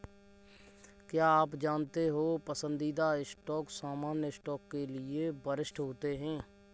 क्या आप जानते हो पसंदीदा स्टॉक सामान्य स्टॉक के लिए वरिष्ठ होते हैं?